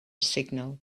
signal